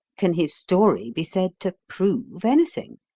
can his story be said to prove anything?